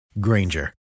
Granger